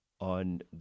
on